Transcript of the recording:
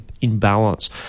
imbalance